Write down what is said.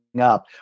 up